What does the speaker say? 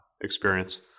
experience